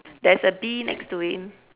there's a bee next to him